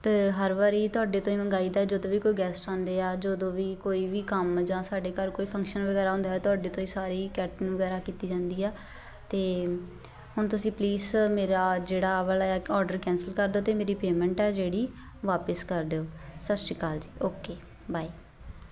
ਅਤੇ ਹਰ ਵਾਰੀ ਤੁਹਾਡੇ ਤੋਂ ਹੀ ਮੰਗਾਈ ਦਾ ਜਦੋਂ ਵੀ ਕੋਈ ਗੈਸਟ ਆਉਂਦੇ ਆ ਜਦੋਂ ਵੀ ਕੋਈ ਵੀ ਕੰਮ ਜਾਂ ਸਾਡੇ ਘਰ ਕੋਈ ਫੰਕਸ਼ਨ ਵਗੈਰਾ ਹੁੰਦਾ ਹੈ ਤੁਹਾਡੇ ਤੋਂ ਹੀ ਸਾਰੀ ਕੈਟਨ ਵਗੈਰਾ ਕੀਤੀ ਜਾਂਦੀ ਆ ਅਤੇ ਹੁਣ ਤੁਸੀਂ ਪਲੀਜ ਮੇਰਾ ਜਿਹੜਾ ਆਹ ਵਾਲਾ ਇੱਕ ਔਡਰ ਕੈਂਸਲ ਕਰ ਦਿਉ ਅਤੇ ਮੇਰੀ ਪੇਮੈਂਟ ਆ ਜਿਹੜੀ ਵਾਪਿਸ ਕਰ ਦਿਓ ਸਤਿ ਸ਼੍ਰੀ ਅਕਾਲ ਜੀ ਓਕੇ ਬਾਏ